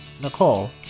Nicole